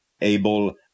able